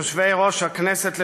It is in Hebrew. יושבי-ראש הכנסת לשעבר,